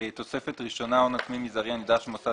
95.תוספת ראשונה הון עצמי מזערי הנדרש ממוסד